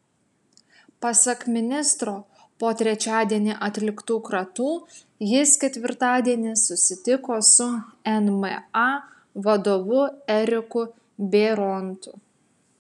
pasak ministro po trečiadienį atliktų kratų jis ketvirtadienį susitiko su nma vadovu eriku bėrontu